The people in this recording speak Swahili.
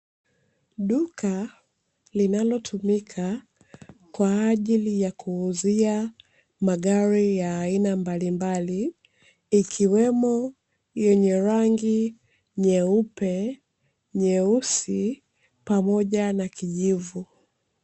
Duka linalotumika kwaajili ya kuuzia magari ya aina mbalimbali ikiwemo ya rangi